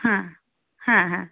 হ্যাঁ হ্যাঁ হ্যাঁ